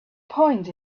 point